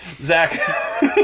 Zach